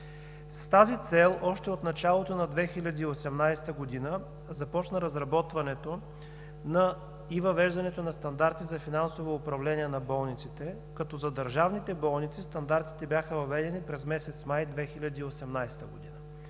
С тази цел още от началото на 2018 г. започна разработването и въвеждането на стандарти за финансово управление на болниците, като за държавните болници стандартите бяха въведени през месец май 2018 г.